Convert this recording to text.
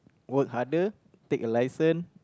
work harder take a license